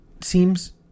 seems